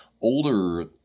Older